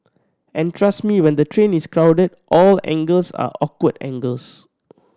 and trust me when the train is crowded all angles are awkward angles